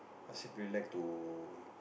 err like to